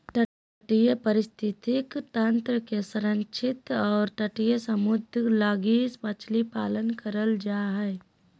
तटीय पारिस्थितिक तंत्र के संरक्षित और तटीय समुदाय लगी मछली पालन करल जा हइ